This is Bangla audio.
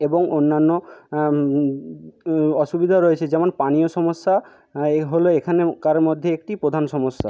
এবং অন্যান্য অসুবিধাও রয়েছে যেমন পানীয় সমস্যা হলো এখানেকার মধ্যে একটি প্রধান সমস্যা